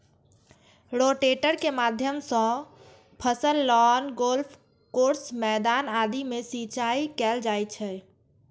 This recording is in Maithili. रोटेटर के माध्यम सं फसल, लॉन, गोल्फ कोर्स, मैदान आदि मे सिंचाइ कैल जाइ छै